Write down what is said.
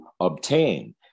obtain